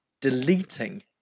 deleting